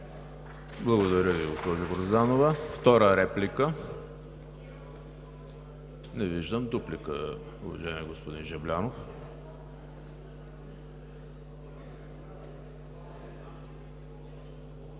Благодаря Ви, госпожо Грозданова.